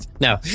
No